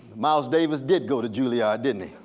miles davis did go to julliard, didn't